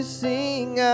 sing